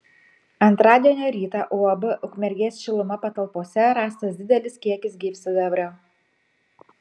antradienio rytą uab ukmergės šiluma patalpose rastas didelis kiekis gyvsidabrio